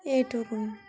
এইটুকু